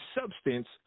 substance